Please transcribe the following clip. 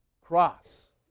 cross